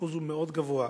האחוז הוא מאוד גבוה.